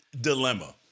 dilemma